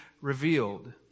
revealed